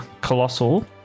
Colossal